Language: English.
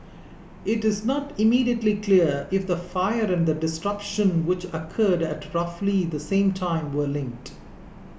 it is not immediately clear if the fire and the disruption which occurred at roughly the same time were linked